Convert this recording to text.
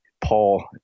Paul